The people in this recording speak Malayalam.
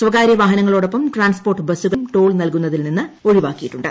സ്വകാര്യ വാഹനങ്ങളൊടൊപ്പം ട്രാൻസ്പോർട്ട് ബസുകളെയും ടോൾ നൽകുന്നതിൽ നിന്ന് ഒഴിവാക്കിയിട്ടുണ്ട്